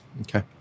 Okay